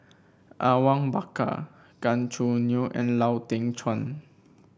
Awang Bakar Gan Choo Neo and Lau Teng Chuan